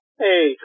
Hey